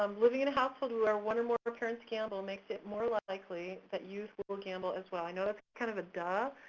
um living in a household where one or more parents gamble makes it more likely that youth will will gamble as well. i know that's kind of a duh,